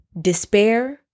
despair